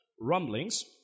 rumblings